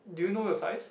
do you know your size